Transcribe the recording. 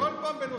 זה כל פעם בנושא,